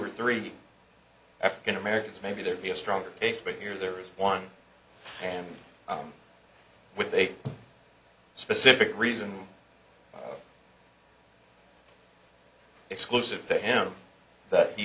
or three african americans maybe there'd be a stronger case but here there is one hand with a specific reason exclusive to him that he